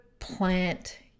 plant